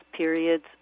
periods